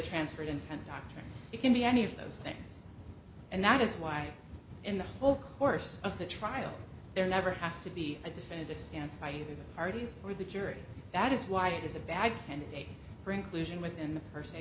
transferred intent doctrine it can be any of those things and that is why in the whole course of the trial there never has to be a definitive stance by either the parties or the jury that is why it is a bad candidate for inclusion within the per